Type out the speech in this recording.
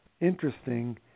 interesting